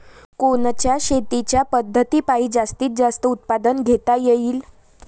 कोनच्या शेतीच्या पद्धतीपायी जास्तीत जास्त उत्पादन घेता येईल?